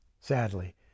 Sadly